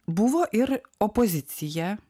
buvo ir opozicija